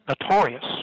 notorious